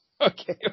Okay